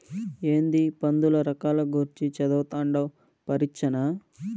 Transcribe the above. ఏందీ పందుల రకాల గూర్చి చదవతండావ్ పరీచ్చనా